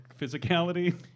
physicality